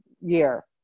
year